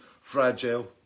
fragile